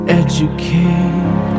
educate